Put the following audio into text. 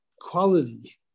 quality